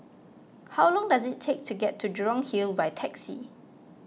how long does it take to get to Jurong Hill by taxi